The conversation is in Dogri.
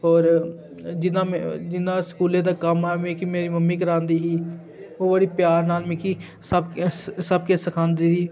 और जिन्ना में जिन्ना स्कूलै दा कम्म हा मिकी मेरी मम्मी करांदी ही और प्यार नाल मिकी सब किश सब किश सखांदी ही